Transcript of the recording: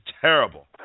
terrible